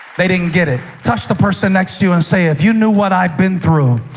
they didn't get it. touch the person next to you and say, if you knew what i've been through,